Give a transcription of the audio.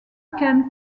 can